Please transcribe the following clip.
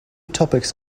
topics